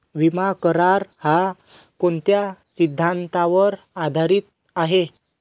विमा करार, हा कोणत्या सिद्धांतावर आधारीत आहे?